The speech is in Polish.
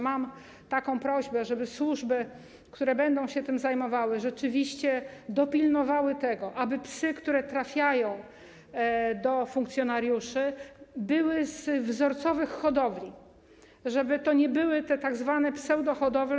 Mam taką prośbę, żeby służby, które będą się tym zajmowały, rzeczywiście dopilnowały tego, aby psy, które trafiają do funkcjonariuszy, były z wzorcowych hodowli, żeby to nie były te tzw. pseudohodowle.